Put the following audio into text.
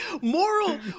Moral